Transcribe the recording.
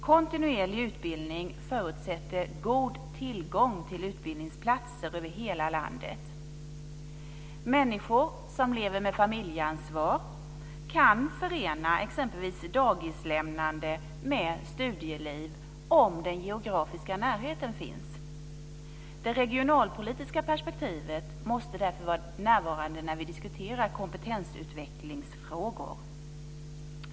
Kontinuerlig utbildning förutsätter god tillgång till utbildningsplatser över hela landet. Människor som lever med familjeansvar kan förena exempelvis dagisinlämning med studieliv, om den geografiska närheten finns. Det regionalpolitiska perspektivet måste därför vara närvarande när vi diskuterar kompetensutvecklingsfrågor.